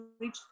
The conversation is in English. reach